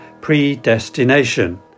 predestination